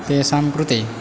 तेषां कृते